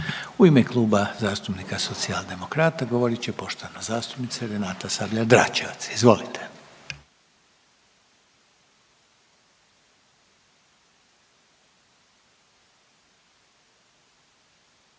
U ime Kluba zastupnika Socijaldemokrata govorit će poštovana zastupnica Renata Sabljar Dračevac. Izvolite.